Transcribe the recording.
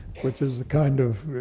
which is the kind of,